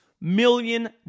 million